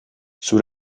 sous